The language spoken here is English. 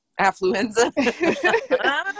Affluenza